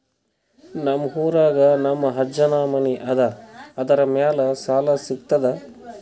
ನಮ್ ಊರಾಗ ನಮ್ ಅಜ್ಜನ್ ಮನಿ ಅದ, ಅದರ ಮ್ಯಾಲ ಸಾಲಾ ಸಿಗ್ತದ?